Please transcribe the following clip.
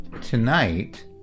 Tonight